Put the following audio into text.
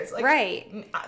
Right